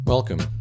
Welcome